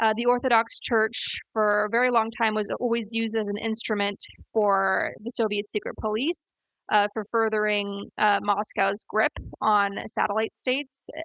ah the orthodox church for a very long time was always used as an instrument for soviet secret police ah for furthering moscow's grip on satellite states,